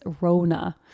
Rona